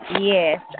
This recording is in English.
Yes